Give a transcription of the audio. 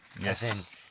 Yes